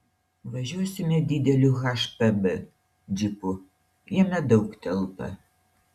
važiuosime dideliu hpb džipu jame daug telpa